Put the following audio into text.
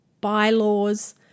bylaws